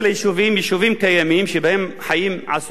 יישובים קיימים שבהם חיים עשרות אלפים,